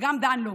וגם דן לא.